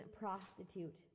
prostitute